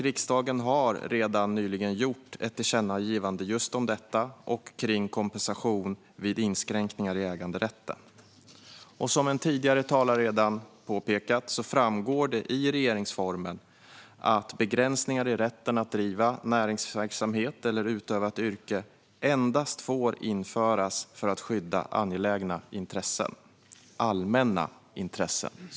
Riksdagen har redan nyligen gjort ett tillkännagivande just om detta och om kompensation vid inskränkningar i äganderätten. Som en tidigare talare redan har påpekat framgår det i regeringsformen att begränsningar i rätten att driva näringsverksamhet eller utöva ett yrke får införas endast för att skydda angelägna allmänna intressen.